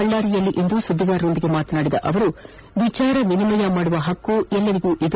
ಬಳ್ಳಾರಿಯಲ್ಲಿಂದು ಸುದ್ದಿಗಾರರೊಂದಿಗೆ ಮಾತನಾಡಿದ ಅವರು ವಿಜಾರ ವಿನಿಮಯ ಮಾಡುವ ಪಕ್ಕು ಎಲ್ಲರಿಗಿದೆ